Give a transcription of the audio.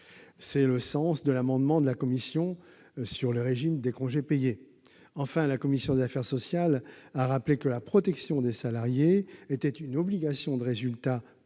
C'est le sens de l'amendement de la commission des affaires sociales sur le régime des congés payés. Enfin, la commission des affaires sociales a rappelé que la protection des salariés était une obligation de résultat